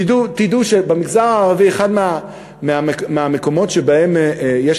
תדעו שהמגזר הערבי הוא אחד מהמקומות שבהם יש